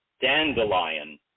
dandelion